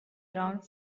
around